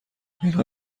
اینها